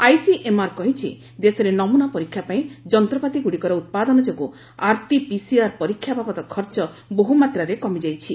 ICMR କହିଛି ଦେଶରେ ନମୁନା ପରୀକ୍ଷା ପାଇଁ ଯନ୍ତ୍ରପାତିଗୁଡ଼ିକର ଉତ୍ପାଦନ ଯୋଗୁଁ ଆର୍ଟି ପିସିଆର୍ ପରୀକ୍ଷା ବାବଦ ଖର୍ଚ୍ଚ ବହୁମାତ୍ରାରେ କମିଯାଇଛି